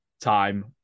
time